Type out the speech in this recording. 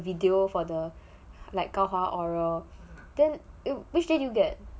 video for the like 高华 oral then which day did you get